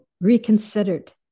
Reconsidered